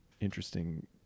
interesting